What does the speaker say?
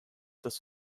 des